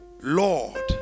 Lord